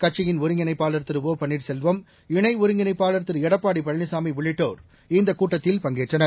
கட்சியின் ஒருங்கிணைப்பாளர் திரு ஒ பள்ளீர்செல்வம் இணை ஒருங்கிணைப்பாளர் திரு எடப்பாடி பழனிசாமி உள்ளிட்டோர் இந்த கூட்டத்தில் பங்கேற்றனர்